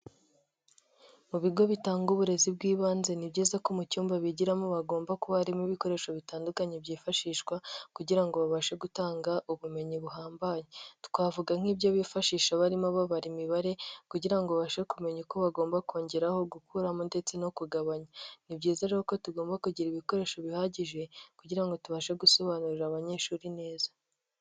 Mu bigo bitanga uburezi bw'ibanze ni byiza ko mu cyumba bigiramo hagomba kuba harimo ibikoresho bitandukanye byifashishwa kugira ngo babashe gutanga ubumenyi buhambaye. Twavuga nk'ibyo bifashisha abarimo babara imibare kugira bashe kumenya uko bagomba kongeraho, gukuramo ndetse no kugabanya. Ni byiza rero ko tugomba kugira ibikoresho bihagije kugira ngo tubashe gusobanurira abanyeshuri neza.